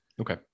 Okay